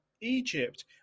egypt